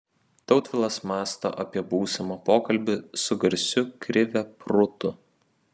tautvilas mąsto apie būsimą pokalbį su garsiu krive prūtu